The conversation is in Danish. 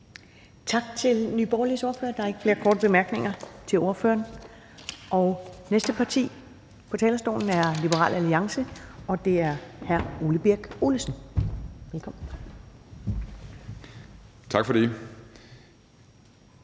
Tak til Nye Borgerliges ordfører. Der er ikke flere korte bemærkninger til ordføreren. Det næste parti på talerstolen er Liberal Alliance ved hr. Ole Birk Olesen. Velkommen. Kl.